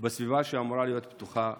ובסביבה שאמורה להיות בטוחה עבורם.